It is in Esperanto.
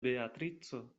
beatrico